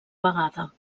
vegada